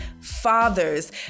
fathers